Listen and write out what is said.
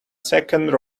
second